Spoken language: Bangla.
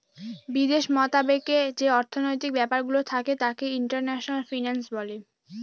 বিদেশ মতাবেকে যে অর্থনৈতিক ব্যাপারগুলো থাকে তাকে ইন্টারন্যাশনাল ফিন্যান্স বলে